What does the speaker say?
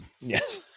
Yes